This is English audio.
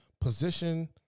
position